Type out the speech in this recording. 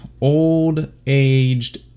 Old-aged